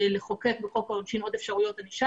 לחוקק בחוק העונשין עוד אפשרויות ענישה